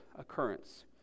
occurrence